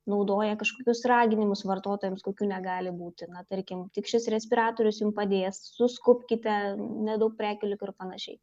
naudoja kažkokius raginimus vartotojams kokių negali būti na tarkim tik šis respiratorius jum padės suskubkite nedaug prekių liko ir panašiai